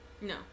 No